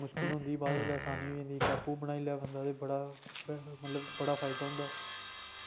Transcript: मुश्कल होई जंदी बाद बिच अपने बनाई लै बंदा ते बड़ा मतलब बड़ा फायदा होंदा